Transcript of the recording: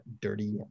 Dirty